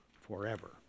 forever